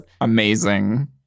Amazing